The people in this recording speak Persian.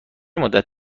مدت